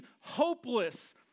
hopeless